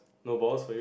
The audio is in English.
no balls for you